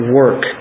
work